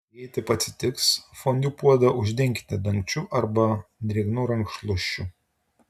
jei taip atsitiks fondiu puodą uždenkite dangčiu arba drėgnu rankšluosčiu